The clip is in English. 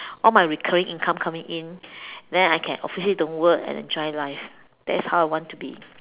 all my recurring income coming in then I can obviously don't work and enjoy life that's how I want to be